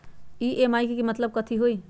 EMI के मतलब कथी होई?